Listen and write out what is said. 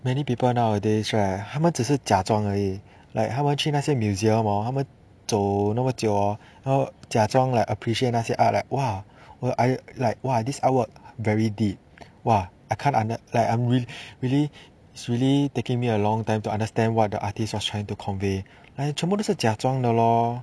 many people nowadays right 他们只是假装而已 like 他们去那些 museum hor 他们走那么久 hor 他们假装 like appreciate 那些 art like !wah! !wah! I like !wah! this artwork very deep !wah! I can't I'm like I'm really really really taking me a long time to understand what the artist just trying to convey like 全部都是假装的 lor